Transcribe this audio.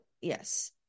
yes